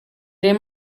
ریم